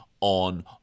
on